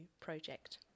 project